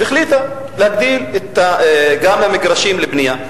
והחליטה להגדיל גם את מספר המגרשים לבנייה,